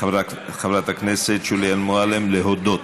חברת הכנסת שולי מועלם להודות.